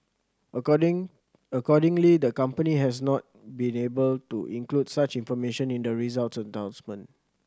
according accordingly the company has not been able to include such information in the results announcement